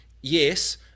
yes